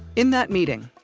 in that meeting,